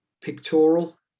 pictorial